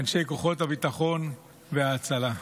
אנשי כוחות הביטחון וההצלה,